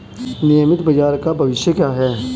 नियमित बाजार का भविष्य क्या है?